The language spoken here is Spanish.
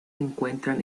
encuentran